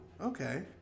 Okay